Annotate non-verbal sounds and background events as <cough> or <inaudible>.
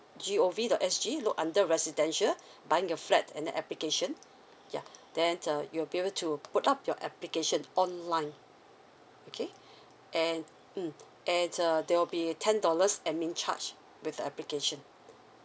g o v dot s g look under residential <breath> buying your flat in the application <breath> yeah then uh you will be able to put up your application online okay <breath> and mm and uh there will be ten dollars admin charge with the application